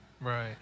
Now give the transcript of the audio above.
Right